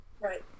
Right